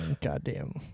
goddamn